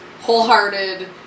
wholehearted